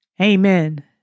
Amen